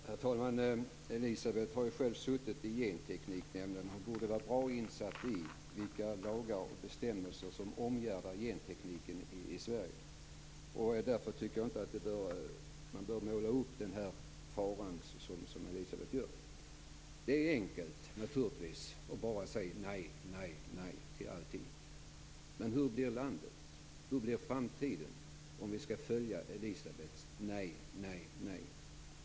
Herr talman! Elisa Abascal Reyes har själv suttit i Gentekniknämnden och borde vara väl insatt i vilka lagar och bestämmelser som omgärdar gentekniken i Sverige. Därför tycker jag inte att man behöver måla upp den här faran som Elisa Abascal Reyes gör. Det är naturligtvis enkelt att bara säga nej, nej, nej till allting. Men hur blir landet, hur blir framtiden om vi skall följa Elisa Abascal Reyes nej, nej, nej?